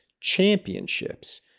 Championships